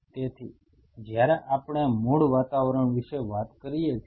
તેથી જ્યારે આપણે મૂળ વાતાવરણ વિશે વાત કરીએ છીએ